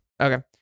Okay